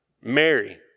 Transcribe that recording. Mary